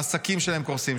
העסקים שלהם קורסים,